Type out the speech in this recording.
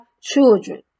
children